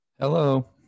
Hello